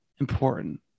important